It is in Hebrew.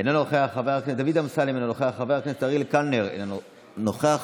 אינו נוכח, חבר הכנסת דוד אמסלם, אינו נוכח,